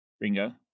Ringo